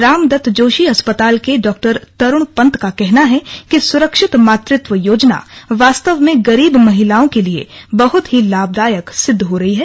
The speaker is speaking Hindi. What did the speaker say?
राम दत्त जोशी अस्पताल के डॉ तरुण पंत का कहना है कि सुरक्षित मातृत्व योजना वास्तव में गरीब महिलाओं के लिए बहुत ही लाभदायक सिद्ध हो रही है